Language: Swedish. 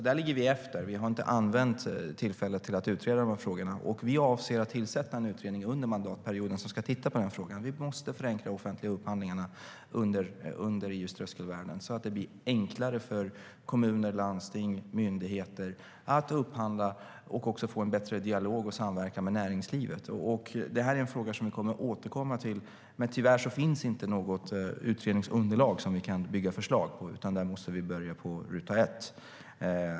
Där ligger vi efter; vi har inte använt tillfället till att utreda frågorna. Vi avser att tillsätta en utredning under mandatperioden som ska titta på frågan. Vi måste förenkla de offentliga upphandlingarna under EU:s tröskelvärden så att det blir enklare för kommuner, landsting och myndigheter att upphandla och att få en bättre dialog och samverkan med näringslivet. Det här är en fråga som vi kommer att återkomma till, men tyvärr finns det inte något utredningsunderlag som vi kan bygga förslag på. Vi måste börja på ruta ett.